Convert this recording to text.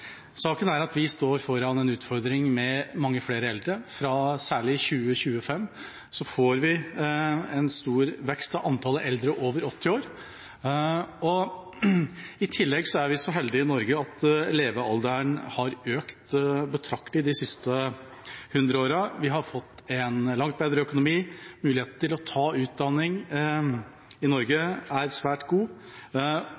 Saken er at vi står foran en utfordring med mange flere eldre. Særlig fra 2025 får vi en stor vekst i antall eldre over 80 år. I tillegg er vi så heldige i Norge at levealderen har økt betraktelig de siste hundre årene. Vi har fått en langt bedre økonomi, muligheten til å ta utdanning i Norge er svært god,